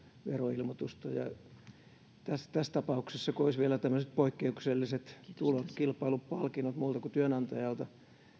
veroilmoitusta ja tässä tapauksessa kun olisi vielä tämmöiset poikkeukselliset tulot kilpailupalkinnot muilta kuin työnantajalta